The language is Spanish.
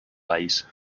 país